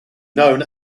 known